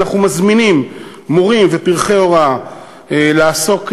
אנחנו מזמינים מורים ופרחי-הוראה לעסוק,